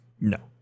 No